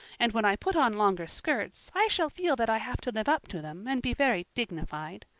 and when i put on longer skirts i shall feel that i have to live up to them and be very dignified.